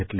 घेतली